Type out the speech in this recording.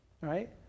right